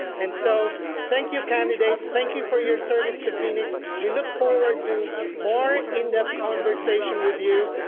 and so thank you, candidates. thank you for your service to phoenix. we look forward to more in depth conversations with you.